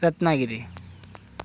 Ratnagiri